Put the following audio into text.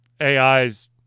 AIs